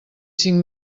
cinc